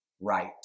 right